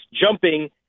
jumping